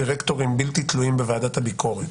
אם יש רוב של דירקטורים בלתי תלויים בוועדת הביקורת